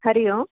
हरिः ओम्